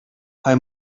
how